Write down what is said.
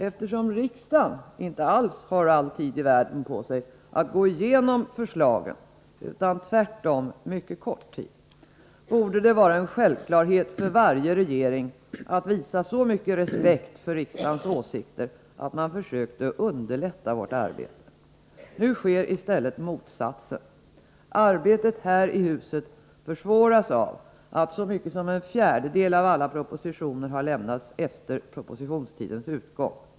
Eftersom riksdagen inte alls har ”all tid i världen” på sig att gå igenom förslagen utan tvärtom mycket kort tid, borde det vara en självklarhet för varje regering att visa så mycket respekt för riksdagens åsikter att man försökte underlätta vårt arbete. Nu sker i stället motsatsen — arbetet här i huset försvåras av att så mycket som en fjärdedel av alla propositioner har lämnats efter propositionstidens utgång.